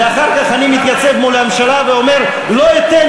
ואחר כך אני מתייצב מול הממשלה ואומר: לא אתן